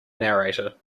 narrator